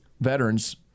veterans